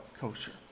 kosher